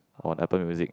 on Apple Music